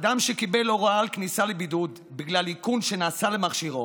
אדם שקיבל הוראה על כניסה לבידוד בגלל איכון שנעשה למכשירו